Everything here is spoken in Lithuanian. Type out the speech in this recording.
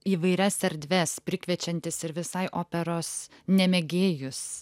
įvairias erdves prikviečiantys ir visai operos nemegėjus